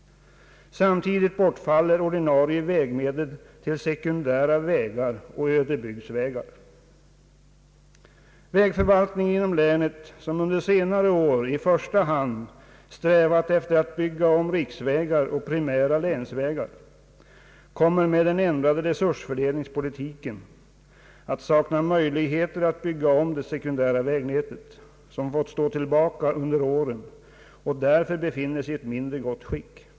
Samtidigt bortfaller ordinarie vägmedel till sekundära vägar och ödebygdsvägar. Vägförvaltningen inom länet, som under senare år i första hand strävat efter att bygga om riksvägar och primära länsvägar, kommer med den ändrade resursfördelningspolitiken att sakna möjligheter att bygga om det sekundära vägnätet, som fått stå tillbaka under åren och därför befinner sig i ett mindre gott skick.